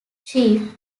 sheaf